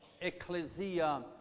Ecclesia